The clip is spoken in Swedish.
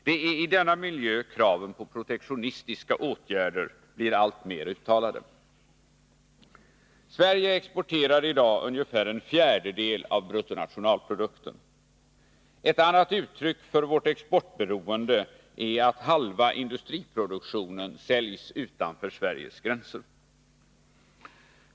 Det är i denna miljö kraven på protektionistiska åtgärder blir alltmer uttalade. Sverige exporterar i dag ungefär en fjärdedel av bruttonationalprodukten. Ett annat uttryck för vårt exportberoende är att halva industriproduktionen säljs utanför Sveriges gränser.